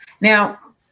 Now